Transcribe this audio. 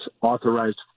authorized